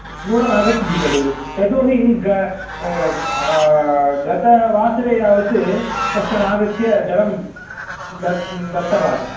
नूनम् आगच्छति खलु यतोहि गतवासरे यावत् कश्चन आगत्य जलं दत्तवान्